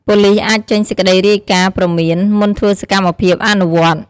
ប៉ូលិសអាចចេញសេចក្តីរាយការណ៍ព្រមាន មុនធ្វើសកម្មភាពអនុវត្ត។